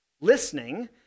Listening